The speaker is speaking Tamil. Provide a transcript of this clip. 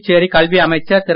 புதுச்சேரி கல்வி அமைச்சர் திரு